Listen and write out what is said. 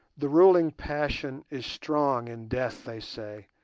the ruling passion is strong in death, they say,